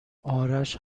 آرش